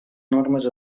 enormes